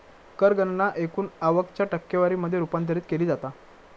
कर गणना एकूण आवक च्या टक्केवारी मध्ये रूपांतरित केली जाता